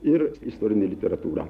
ir istorinė literatūra